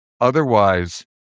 Otherwise